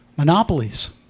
Monopolies